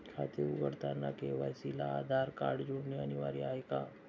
खाते उघडताना के.वाय.सी ला आधार कार्ड जोडणे अनिवार्य आहे का?